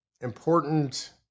important